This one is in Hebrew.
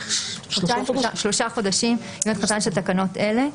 שלושה חודשים מיום תחילתן של תקנות אלה".